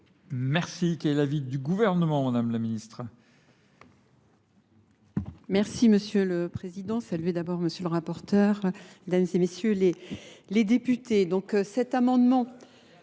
Merci. Quel du gouvernement, Madame la Ministre ? Merci Monsieur le Président. Salut d'abord Monsieur le Rapporteur, Mesdames et Messieurs les députés. Donc cet amendement,